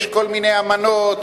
יש כל מיני אמנות,